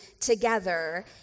together